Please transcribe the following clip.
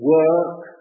work